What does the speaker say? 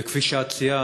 וכפי שאת ציינת,